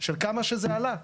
של כמה שזה עלה.